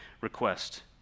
request